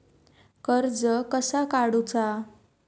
कर्ज कसा काडूचा?